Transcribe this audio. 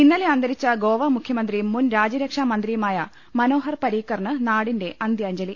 ഇന്നലെ അന്തരിച്ച ഗോവ മുഖ്യമന്ത്രിയും മുൻ രാജ്യരക്ഷാ മന്ത്രിയു മായ മനോഹർ പരീക്കറിന് നാടിന്റെ അന്ത്യാജ്ഞലി